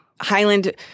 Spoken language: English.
Highland